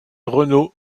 renault